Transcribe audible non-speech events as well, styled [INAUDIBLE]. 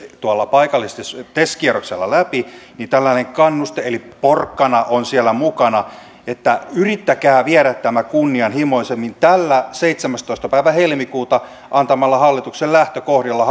paikallisesti tes kierroksella läpi niin tällainen kannuste eli porkkana on siellä mukana että yrittäkää viedä tämä kunnianhimoisemmin näillä seitsemästoista päivä helmikuuta annetuilla hallituksen lähtökohdilla [UNINTELLIGIBLE]